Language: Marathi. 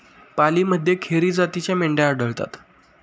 पालीमध्ये खेरी जातीच्या मेंढ्या आढळतात